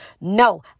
No